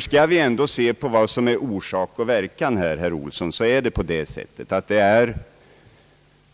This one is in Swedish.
Skall vi ändå se på vad som är orsak och verkan här, herr Olsson, så är det